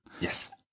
yes